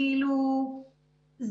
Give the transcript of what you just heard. זה